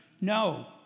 No